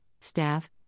staff